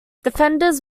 defendants